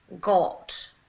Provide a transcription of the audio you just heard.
got